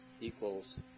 equals